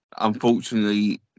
unfortunately